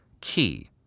Key